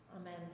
Amen